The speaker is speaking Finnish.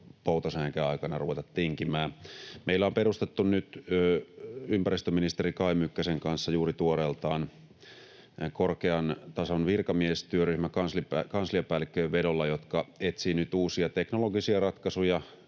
poutasäänkään aikana ruveta tinkimään. Meillä on perustettu ympäristöministeri Kai Mykkäsen kanssa juuri tuoreeltaan korkean tason virkamiestyöryhmä kansliapäällikköjen vedolla. Se etsii nyt yhdessä tutkimuslaitosten,